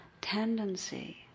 tendency